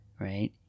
right